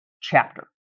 chapter